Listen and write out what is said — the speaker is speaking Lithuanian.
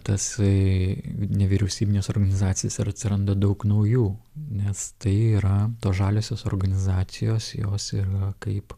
tasai nevyriausybines organizacijas ir atsiranda daug naujų nes tai yra tos žaliosios organizacijos jos yra kaip